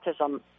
autism